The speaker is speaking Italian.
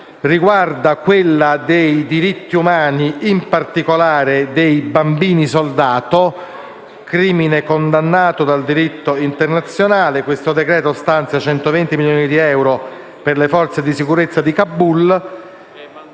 riguarda i diritti umani, in particolare dei bambini soldato, crimine condannato dal diritto internazionale. Il decreto-legge in esame stanzia 120 milioni di euro per le forze di sicurezza di Kabul,